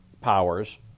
powers